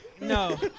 No